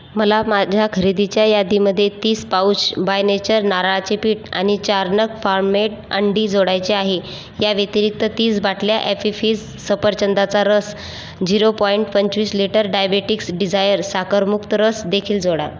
मला माझ्या खरेदीच्या यादीमध्ये तीस पाउच बाय नेचर नारळाचे पीठ आणि चार नग फाम मेड अंडी जोडायचे आहे याव्यतिरिक्त तीस बाटल्या ॲपी फिस सफरचंदाचा रस झिरो पॉईंट पंचवीस लिटर डायबेटिक्स डिझायर साखरमुक्त रसदेखील जोडा